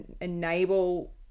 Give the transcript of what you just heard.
enable